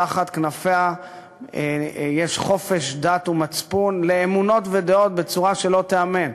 שתחת כנפיה יש חופש דת ומצפון לאמונות ודעות בצורה שלא תיאמן.